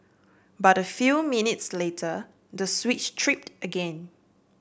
but a few minutes later the switch tripped again